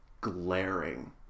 glaring